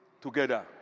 together